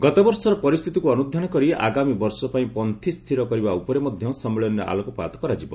ଗତବର୍ଷର ପରିସ୍ଥିତିକୁ ଅନୁଧ୍ୟାନ କରି ଆଗାମୀ ବର୍ଷ ପାଇଁ ପନ୍ତ୍ରୀ ସ୍ଥିର କରିବା ଉପରେ ମଧ୍ୟ ସମ୍ମିଳନୀରେ ଆଲୋକପାତ କରାଯିବ